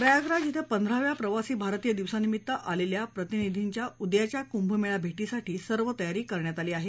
प्रयागराज के पंधराव्या प्रवासी भारतीय दिवसानिमित्त आलेल्या प्रतिनिधींच्या उद्याच्या कुंभमेळा भेटीसाठी सर्व तयारी करण्यात आली आहे